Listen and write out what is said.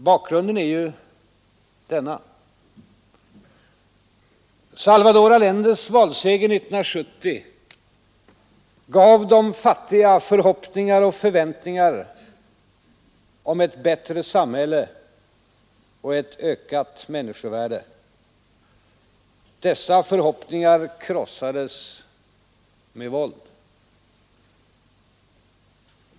Bakgrunden är ju denna: Salvador Allendes valseger 1970 gav de fattiga förhoppningar och förväntningar om ett bättre samhälle och ett ökat människovärde. Dessa förhoppningar krossades med våld.